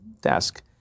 desk